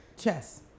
chess